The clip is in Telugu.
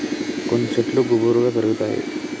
కొన్ని శెట్లు గుబురుగా పెరుగుతాయి